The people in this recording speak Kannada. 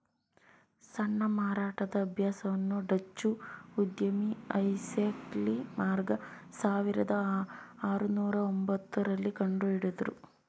ಸಣ್ಣ ಮಾರಾಟದ ಅಭ್ಯಾಸವನ್ನು ಡಚ್ಚು ಉದ್ಯಮಿ ಐಸಾಕ್ ಲೆ ಮಾರ್ಗ ಸಾವಿರದ ಆರುನೂರು ಒಂಬತ್ತ ರಲ್ಲಿ ಕಂಡುಹಿಡುದ್ರು